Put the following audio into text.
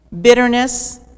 bitterness